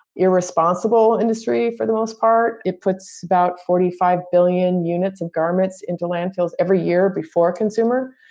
irresponsible industry for the most part. it puts about forty-five billion units of garments into landfills every year before consumer.